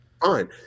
Fine